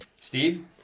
Steve